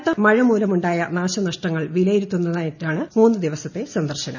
കനത്ത മഴമൂലമുണ്ടായ നാശനഷ്ടങ്ങൾ വിലയിരുത്തുന്നതിനായിട്ടാണ് മൂന്നു ദിവസത്തെ സന്ദർശനം